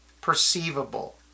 Perceivable